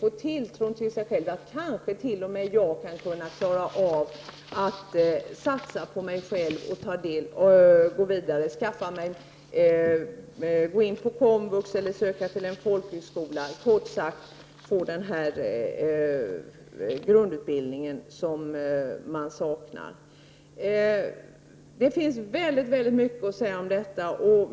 Man tänker: Kanske t.o.m. jag kan klara av att satsa på någonting och gå vidare, vända mig till komvux eller söka till en folkhögskola, kort sagt få den grundutbildning som saknas. Det finns väldigt mycket att säga om detta.